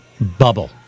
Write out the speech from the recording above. Bubble